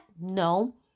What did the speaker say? No